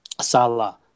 Salah